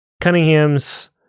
Cunninghams